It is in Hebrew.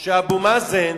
שאבו מאזן